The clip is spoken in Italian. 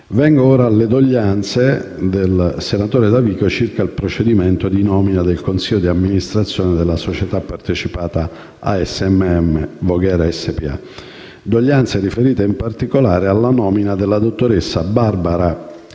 Vengo ora alle doglianze del senatore Davico circa il procedimento di nomina del consiglio di amministrazione della società partecipata ASM Voghera SpA; doglianze riferite, in particolare, alla nomina della dottoressa Barbara